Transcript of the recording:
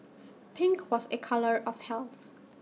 pink was A colour of health